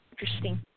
interesting